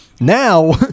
Now